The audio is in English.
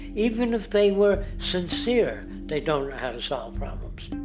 even if they were sincere they don't know how to solve problems.